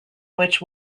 which